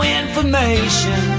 information